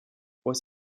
was